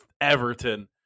Everton